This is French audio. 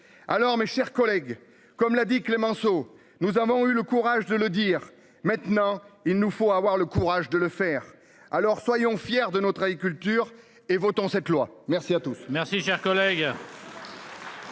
Alors, mes chers collègues. Comme l'a dit Clémenceau. Nous avons eu le courage de le dire maintenant il nous faut avoir le courage de le faire. Alors soyons fiers de notre agriculture et votant cette loi. Merci à tous.